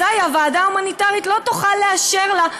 אזי הוועדה ההומניטרית לא תוכל לאשר לה,